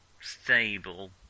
stable